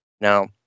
Now